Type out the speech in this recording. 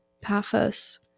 Paphos